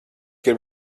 grib